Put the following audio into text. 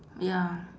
ya